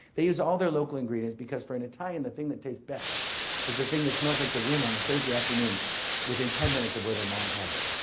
they use all their local ingredients because for an italian the thing that tastes best is the thing that smells like the wind on a thursday afternoon within ten minutes of where their mom had them.